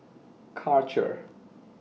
Karcher